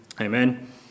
Amen